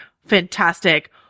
fantastic